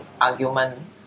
argument